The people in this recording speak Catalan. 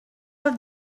els